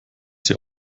sie